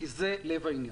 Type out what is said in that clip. כי זה לב העניין.